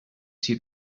see